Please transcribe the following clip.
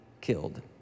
killed